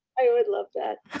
i would love that.